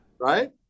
right